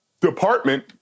department